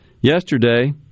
yesterday